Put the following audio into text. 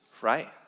right